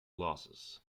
losses